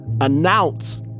announce